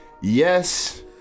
yes